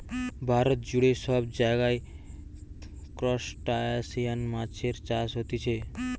ভারত জুড়ে সব জায়গায় ত্রুসটাসিয়ান মাছের চাষ হতিছে